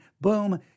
Boom